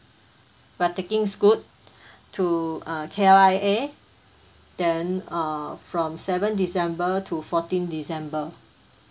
we are taking scoot to uh K_L_I_A then err from seven december to fourteen december